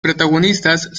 protagonistas